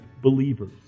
believers